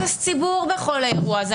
אפס ציבור בכל האירוע הזה.